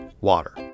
water